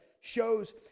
shows